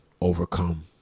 overcome